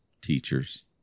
teachers